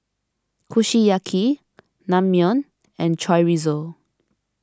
Kushiyaki Naengmyeon and Chorizo